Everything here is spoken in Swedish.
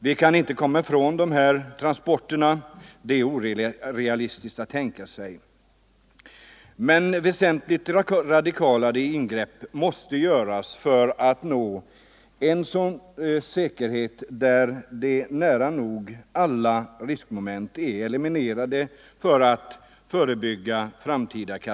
Vi kan inte slippa ifrån transporter av detta slag — det vore orealistiskt att tänka sig — men väsentligt radikalare ingrepp måste göras för att nå en sådan säkerhet att nära nog Nr 119 alla riskmoment är eliminerade så att framtida katastrofer kan förebyggas.